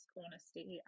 honesty